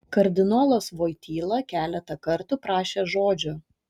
kardinolas voityla keletą kartų prašė žodžio